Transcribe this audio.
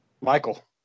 Michael